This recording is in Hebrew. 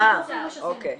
אה, אוקיי.